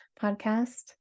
podcast